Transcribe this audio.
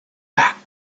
back